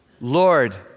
Lord